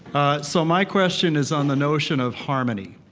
ah, so my question is on the notion of harmony.